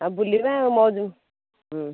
ଆଉ ବୁଲିବା ଆଉ ମଉଜ